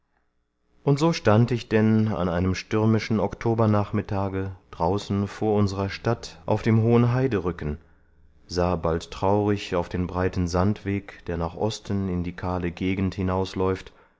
und so stand ich denn an einem stürmischen oktobernachmittage draußen vor unserer stadt auf dem hohen heiderücken sah bald traurig auf den breiten sandweg der nach osten in die kahle gegend hinausläuft